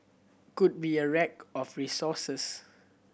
could be a rack of resources